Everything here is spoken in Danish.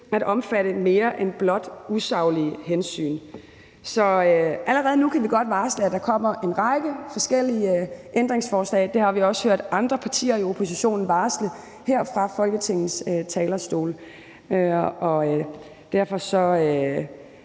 at omfatte mere end blot usaglige hensyn. Så allerede nu kan vi godt varsle, at der kommer en række forskellige ændringsforslag. Det har vi også hørt andre partier i oppositionen varsle her fra Folketingets talerstol. Derfor må